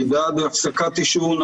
אני בעד הפסקת עישון,